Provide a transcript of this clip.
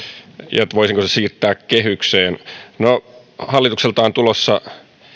ja sen voisiko sen siirtää kehykseen no hallitukselta on tulossa